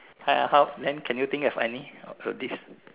!aiya! how then can you think of any of this